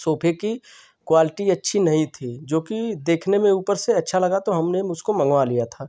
सोफे कि क्वालटी अच्छी नहीं थी जो कि देखने में ऊपर से अच्छा लगा तो हमने उसको मँगवा लिया था